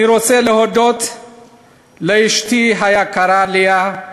אני רוצה להודות לאשתי היקרה לאה,